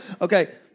Okay